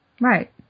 Right